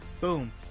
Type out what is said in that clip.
boom